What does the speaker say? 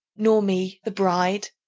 nor me, the bride.